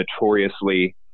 notoriously